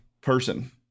person